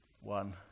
one